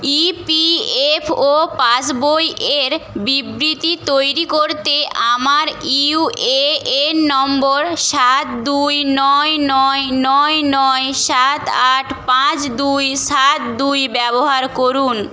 EPFO পাসবই এর বিবৃতি তৈরি করতে আমার ইউএএন নম্বর সাত দুই নয় নয় নয় নয় সাত আট পাঁচ দুই সাত দুই ব্যবহার করুন